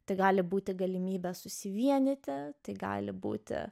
tai gali būti galimybė susivienyti tai gali būti